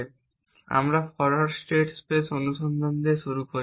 এবং আমরা forward state space অনুসন্ধান দিয়ে শুরু করি